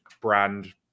brand